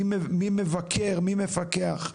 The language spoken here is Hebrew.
מי מבקר, מי מפקח?